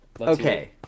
okay